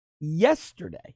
Yesterday